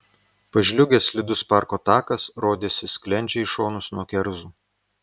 pažliugęs slidus parko takas rodėsi sklendžia į šonus nuo kerzų